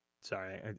Sorry